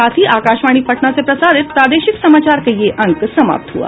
इसके साथ ही आकाशवाणी पटना से प्रसारित प्रादेशिक समाचार का ये अंक समाप्त हुआ